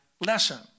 lesson